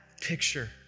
picture